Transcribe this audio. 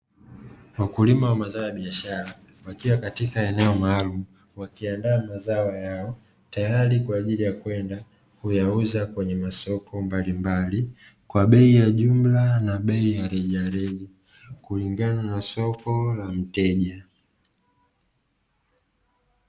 Wakulima wa mazao ya biashara wakiwa katika eneo maalumu, wakiandaa mazao yao tayari kwa ajili ya kwenda kuyauza kwenye masoko mbalimbali, kwa bei ya jumla na bei ya rejareja, kulingana na soko la mteja.